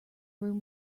room